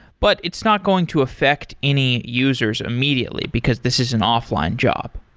but it's not going to affect any users immediately, because this is an offline job.